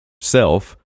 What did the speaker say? self